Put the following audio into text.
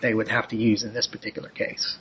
they would have to use in this particular case